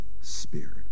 Spirit